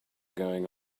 going